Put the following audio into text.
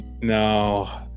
no